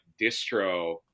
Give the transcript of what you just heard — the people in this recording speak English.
distro